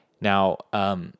Now